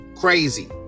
crazy